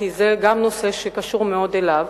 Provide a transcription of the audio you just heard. כי זה נושא שקשור אליו.